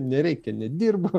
nereikia nedirbu